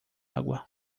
água